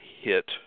hit